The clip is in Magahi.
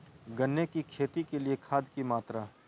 गन्ने की खेती के लिए खाद की मात्रा?